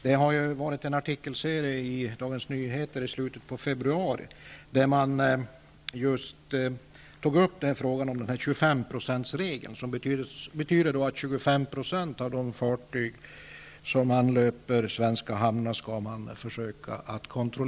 Det har varit en artikelserie i Dagens Nyheter i slutet av februari, där frågan om 25-procentsregeln har tagits upp. Den regeln innebär att man skall försöka kontrollera 25 % av de fartyg som anlöper svenska hamnar.